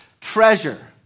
treasure